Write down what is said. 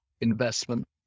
investment